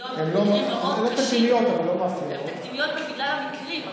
הן רציניות בגלל המקרים.